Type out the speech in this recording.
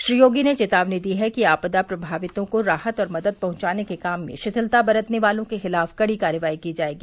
श्री योगी ने चेतावनी दी है कि आपदा प्रभावितों को राहत और मदद पहुंचाने के काम में शिथिलता बरतने वालों के खिलाफ कड़ी कार्रवाई की जायेगी